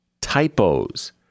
Typos